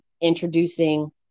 introducing